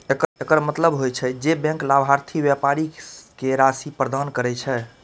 एकर मतलब होइ छै, जे बैंक लाभार्थी व्यापारी कें राशि प्रदान करै छै